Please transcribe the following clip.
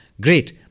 Great